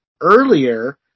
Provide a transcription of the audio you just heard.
earlier